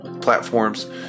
platforms